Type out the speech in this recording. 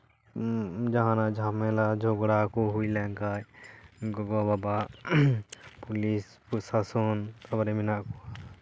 ᱡᱟᱦᱟᱱᱟᱜ ᱡᱷᱟᱢᱮᱞᱟ ᱡᱷᱚᱜᱽᱲᱟ ᱠᱚ ᱦᱩᱭ ᱞᱮᱱᱠᱷᱟᱱ ᱜᱚᱜᱚᱼᱵᱟᱵᱟ ᱯᱩᱞᱤᱥ ᱯᱨᱚᱥᱟᱥᱚᱱ ᱛᱟᱨᱯᱚᱨᱮ ᱢᱮᱱᱟᱜ ᱠᱚᱣᱟ